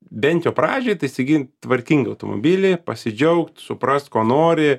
bent jau pradžiai tai įsigyt tvarkingą automobilį pasidžiaugt suprast ko nori